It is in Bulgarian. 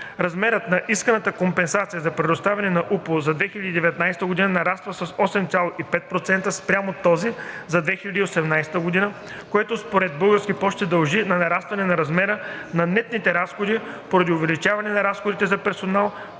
Размерът на исканата компенсация за предоставяне на УПУ за 2019 г. нараства с 8,5% спрямо този за 2018 г., което според „Български пощи“ се дължи на нарастване на размера на нетните разходи поради увеличение на разходите за персонал,